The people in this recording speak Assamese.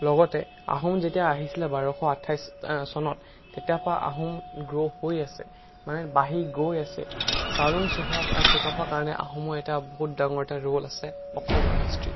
লগতে আহোম যেতিয়া আহিছিলে বাৰশ আঠাইছ চনত তেতিয়া পা অহোম গ্ৰ' হৈ আছে মানে বাঢ়ি গৈ আছে চাউলুং চুফা চুকাফা কাণে আহোমৰ এটা বহুত ডাঙৰ এটা ৰোল আছে অসমৰ হিষ্ট্ৰীত